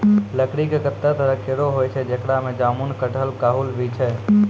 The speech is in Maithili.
लकड़ी कत्ते तरह केरो होय छै, जेकरा में जामुन, कटहल, काहुल भी छै